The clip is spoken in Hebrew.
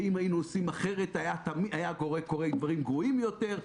ואם היינו עושים אחרת היו קורים דברים גרועים יותר.